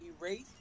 erase